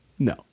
No